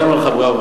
אני אומר לך בראבו.